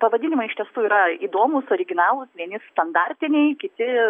pavadinimai iš tiesų yra įdomūs originalūs vieni standartiniai kiti